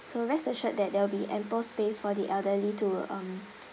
so rest assured that there will be ample space for the elderly to um